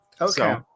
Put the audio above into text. Okay